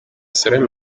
salon